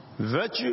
Virtue